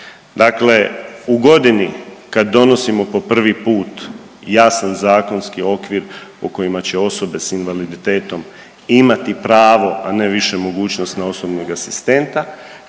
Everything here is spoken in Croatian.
Dakle, u godini kad donosimo po prvi put jasan zakonski okvir u kojima će osobe sa invaliditetom imati pravo a ne više mogućnost na osobnog asistenta,